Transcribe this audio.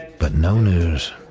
but no news.